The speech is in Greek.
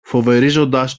φοβερίζοντας